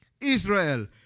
Israel